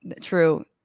True